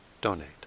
donate